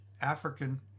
African